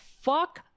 fuck